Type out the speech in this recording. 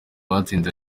batsinze